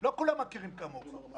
לא כולם מכירים כמוך.